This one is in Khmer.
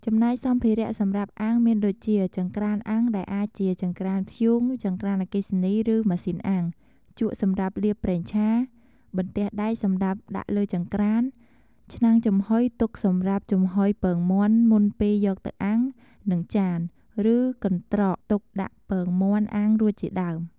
ចំណែកសម្ភារៈសម្រាប់អាំងមានដូចជា ចង្ក្រានអាំងដែលអាចជា ចង្ក្រានធ្យូង ចង្ក្រានអគ្គិសនី ឬម៉ាស៊ីនអាំង, ជក់សម្រាប់លាបប្រេងឆា, បន្ទះដែកសម្រាប់ដាក់លើចង្រ្តាន, ឆ្នាំងចំហុយទុកសម្រាប់ចំហុយពងមាន់មុនពេលយកទៅអាំង, និងចាន ឬកន្ត្រកទុកដាក់ពងមាន់អាំងរួចជាដើម។